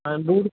ਹਾਂ ਬੂਟ